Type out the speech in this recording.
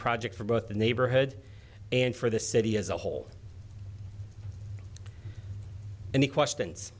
project for both the neighborhood and for the city as a whole and the questions